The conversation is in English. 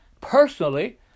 Personally